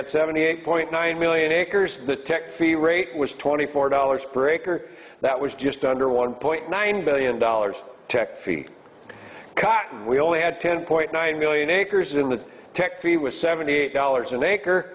had seventy eight point nine million acres the tech fee rate was twenty four dollars per acre that was just under one point nine billion dollars tech feet cotton we only had ten point nine million acres in the tech three was seventy eight dollars an acre